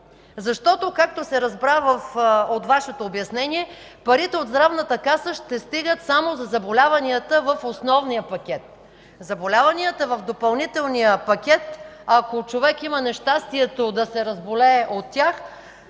Защото както се разбра от Вашето обяснение, парите от Здравната каса ще стигат само за заболяванията от основния пакет, а за заболяванията от допълнителния пакет, ако човек има нещастието да се разболее от тях,